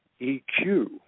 EQ